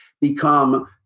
become